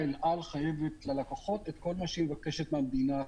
אל על חייבת ללקוחות את כל מה שהיא מבקשת מהמדינה כהלוואה.